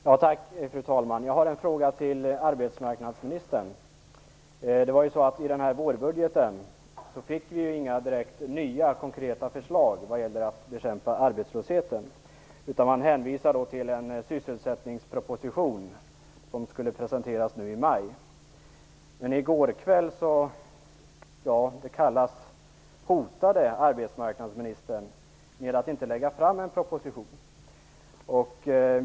Fru talman! Jag har en fråga till arbetsmarknadsministern. I vårbudgeten fick vi ju inga direkt nya konkreta förslag vad gäller att bekämpa arbetslösheten. Man hänvisade till en sysselsättningsproposition som skulle presenteras nu i maj. I går kväll hotade - kallas det - arbetsmarknadsministern med att inte lägga fram någon proposition.